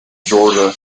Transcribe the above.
georgia